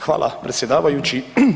Hvala predsjedavajući.